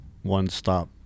one-stop